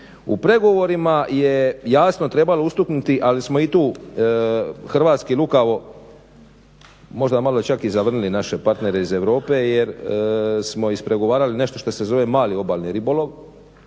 U pregovorima je jasno trebalo ustuknuti, ali smo i tu hrvatski lukavo možda malo čak i zavrnili naše partnere iz Europe jer smo ispregovarali nešto što se zove mali obalni ribolov